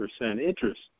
interest